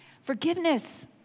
Forgiveness